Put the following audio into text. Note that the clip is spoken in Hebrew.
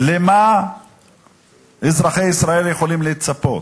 למה אזרחי ישראל יכולים לצפות?